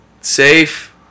safe